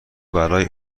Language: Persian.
برای